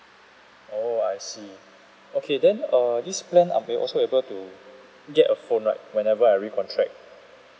oh I see okay then err this plan I'm going also be able to get a phone right whenever I recontract